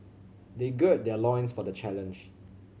they gird their loins for the challenge